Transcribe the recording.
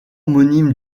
homonyme